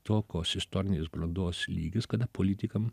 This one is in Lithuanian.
tokios istorinės brandos lygis kada politikam